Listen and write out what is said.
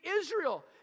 Israel